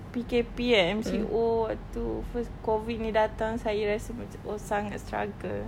P_K_P eh M_C_O itu first COVID ini datang saya rasa macam oh sangat struggle